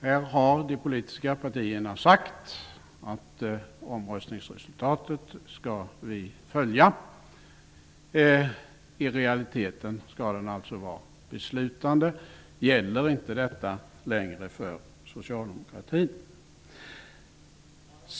Här har de politiska partierna sagt att vi skall följa omröstningsresultatet. I realiteten skall folkomröstningen alltså vara beslutande. Gäller inte detta längre för socialdemokratin?